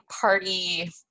party